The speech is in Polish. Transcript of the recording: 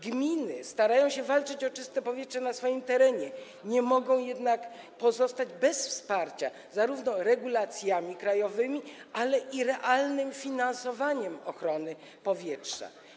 Gminy starają się walczyć o czyste powietrze na swoich terenach, nie mogą jednak pozostać bez wsparcia zarówno regulacjami krajowymi, jak i realnym finansowaniem ochrony powietrza.